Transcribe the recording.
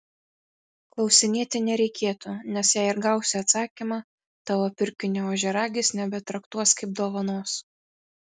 klausinėti nereikėtų nes jei ir gausi atsakymą tavo pirkinio ožiaragis nebetraktuos kaip dovanos